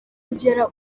kugera